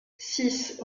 six